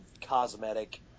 cosmetic